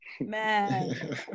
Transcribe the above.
Man